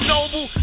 Noble